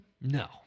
No